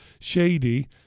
Shady